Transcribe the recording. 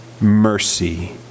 mercy